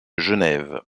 genève